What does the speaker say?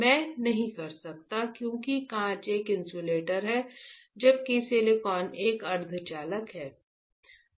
मैं नहीं कर सकता क्योंकि कांच एक इन्सुलेटर है जबकि सिलिकॉन एक अर्धचालक है